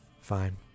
Fine